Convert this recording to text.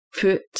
put